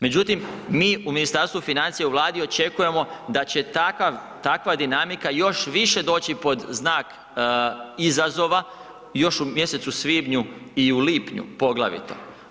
Međutim, mi u Ministarstvu financija i Vladi očekujemo da će takva dinamika još više doći pod znak izazova, još u mjesecu svibnju i u lipnju poglavito.